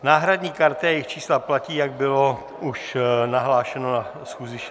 Náhradní karty a jejich čísla platí, jak bylo už nahlášeno na 63. schůzi.